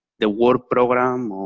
the world program